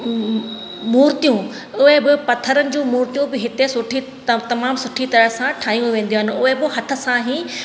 मुर्तियूं उहे बि पथरनि जी मुर्तियूं बि हिते सुठी त तमामु सुठी तरह सां ठाहियूं वेंदियूं आहिनि उहे बि हथ सां ई